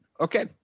okay